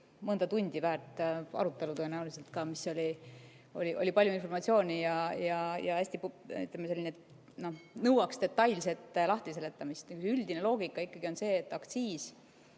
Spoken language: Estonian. mõnda tundi väärt arutelu, tõenäoliselt ka, seal oli palju informatsiooni ja see nõuaks detailset lahtiseletamist. Üldine loogika on ikkagi see, et aktsiis